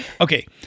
Okay